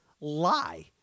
lie